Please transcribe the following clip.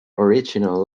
original